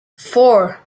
four